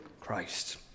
Christ